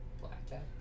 Blackjack